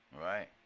Right